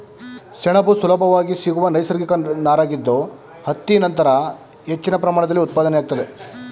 ಸೆಣಬು ಸುಲಭವಾಗಿ ಸಿಗುವ ನೈಸರ್ಗಿಕ ನಾರಾಗಿದ್ದು ಹತ್ತಿ ನಂತರ ಹೆಚ್ಚಿನ ಪ್ರಮಾಣದಲ್ಲಿ ಉತ್ಪಾದನೆಯಾಗ್ತದೆ